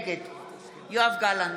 נגד יואב גלנט,